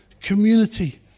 community